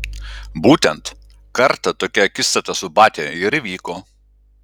būtent kartą tokia akistata su batia ir įvyko